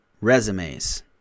resumes